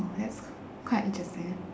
oh that's quite interesting